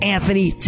Anthony